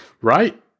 right